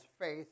faith